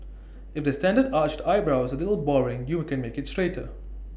if the standard arched eyebrow is A little boring you can make IT straighter